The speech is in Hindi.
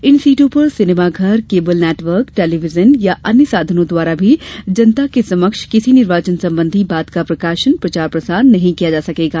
इन सीटों पर सिनेमा घर केबल नेटवर्क टेलीविजन या अन्य साधनों द्वारा भी जनता के समक्ष किसी निर्वाचन संबंधी बात का प्रकाशन प्रचार प्रसार नहीं किया जा सकेगा